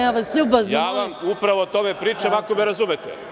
Ja vas ljubazno molim.) Upravo vam o tome pričam, ako me razumete.